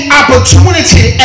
opportunity